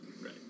Right